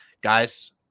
guys